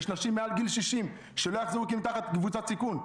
יש נשים מעל גיל 60 שלא יחזרו כי הן בקבוצת סיכון.